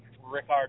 Rickard